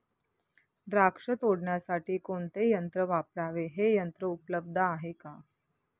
द्राक्ष तोडण्यासाठी कोणते यंत्र वापरावे? हे यंत्र उपलब्ध आहे का?